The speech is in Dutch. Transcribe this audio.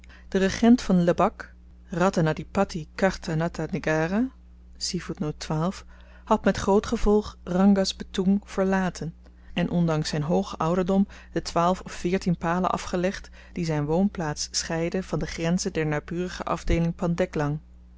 de regent van lebak radhen adhipatti karta natta negara had met groot gevolg rangkas betoeng verlaten en ondanks zijn hoogen ouderdom de twaalf of veertien palen afgelegd die zyn woonplaats scheiden van de grenzen der naburige afdeeling